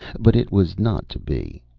but it was not to be.